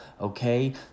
okay